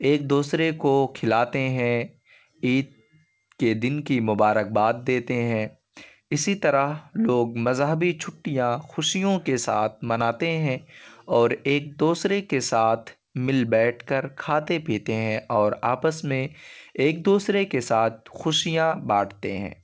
ایک دوسرے کو کھلاتے ہیں عید کے دن کی مبارک باد دیتے ہیں اسی طرح لوگ مذہبی چھٹیاں خوشیوں کے ساتھ مناتے ہیں اور ایک دوسرے کے ساتھ مل بیٹھ کر کھاتے پیتے ہیں اور آپس میں ایک دوسرے کے ساتھ خوشیاں بانٹتے ہیں